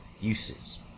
uses